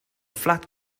flat